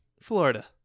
Florida